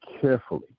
carefully